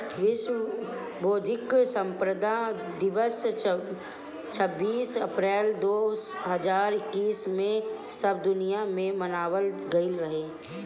विश्व बौद्धिक संपदा दिवस छब्बीस अप्रैल दो हज़ार इक्कीस में सब दुनिया में मनावल गईल रहे